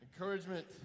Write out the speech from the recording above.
Encouragement